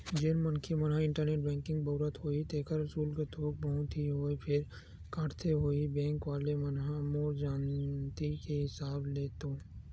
जेन मनखे मन ह इंटरनेट बेंकिग बउरत होही तेखर सुल्क थोक बहुत ही होवय फेर काटथे होही बेंक वले मन ह मोर जानती के हिसाब ले तो